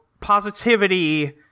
positivity